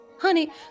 Honey